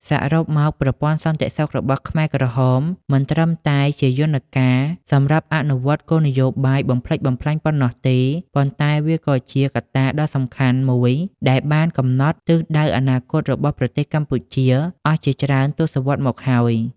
សរុបមក ប្រព័ន្ធសន្តិសុខរបស់ខ្មែរក្រហមមិនត្រឹមតែជាយន្តការសម្រាប់អនុវត្តគោលនយោបាយបំផ្លិចបំផ្លាញប៉ុណ្ណោះទេ ប៉ុន្តែវាក៏ជាកត្តាដ៏សំខាន់មួយដែលបានកំណត់ទិសដៅអនាគតរបស់ប្រទេសកម្ពុជាអស់ជាច្រើនទសវត្សរ៍មកហើយ។